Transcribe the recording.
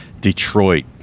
Detroit